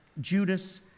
Judas